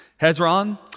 Hezron